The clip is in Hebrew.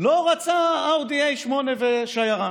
לא רצה אאודי 8A ושיירה,